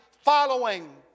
Following